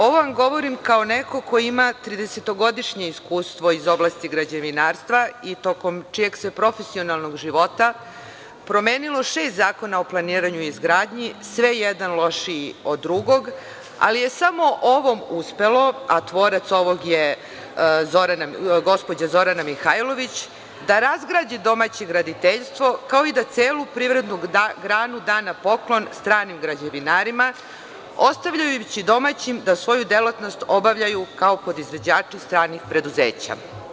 Ovo vam govorim kao neko ko ima tridesetogodišnje iskustvo iz oblasti građevinarstva i tokom čijeg se profesionalnog života promenilo šest zakona o planiranju i izgradnji, sve jedan lošiji od drugog, ali je samo ovom uspelo, a tvorac ovog je gospođa Zorana Mihajlović, da razgradi domaće graditeljstvo, kao i da celu privrednu granu da na poklon stranim građevinarima, ostavljajući domaćim da svoju delatnost obavljaju kao podizvođači stranih preduzeća.